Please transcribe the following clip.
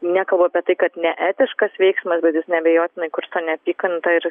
nekalbu apie tai kad neetiškas veiksmas bet jis neabejotinai kursto neapykantą ir